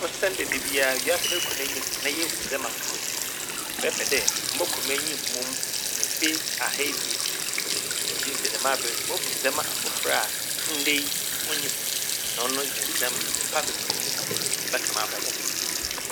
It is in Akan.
Osiandɛ dabiara ewiase no rokɔ n'enyim na yehu ndzɛmba fofor ntsi mɛpɛ dɛ mɔkɔ m'enyim mom mfe ahaebien. Megye dzi dɛ dɛm aber no mohu ndzɛmba afofor a ndɛ yi onnyi hɔ na ɔno dze ndzɛm-ndzepa bebree bɛka m'abrabɔ ho.